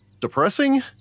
depressing